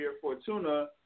Fortuna